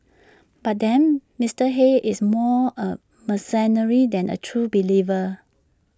but then Mister Hayes is more A mercenary than A true believer